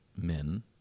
men